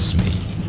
me.